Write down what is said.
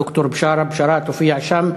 ד"ר בשארה בשאראת הופיע שם,